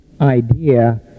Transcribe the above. idea